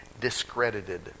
discredited